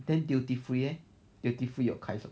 then duty free leh 有开什么